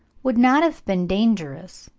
would not have been dangerous,